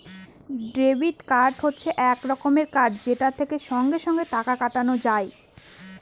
debit card হচ্ছে এক রকমের কার্ড যেটা থেকে সঙ্গে সঙ্গে টাকা কাটানো যায়